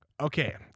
Okay